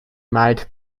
might